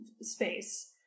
space